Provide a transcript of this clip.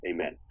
Amen